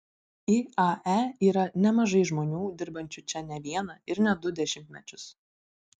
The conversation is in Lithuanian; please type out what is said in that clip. iae yra nemažai žmonių dirbančių čia ne vieną ir ne du dešimtmečius